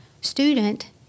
student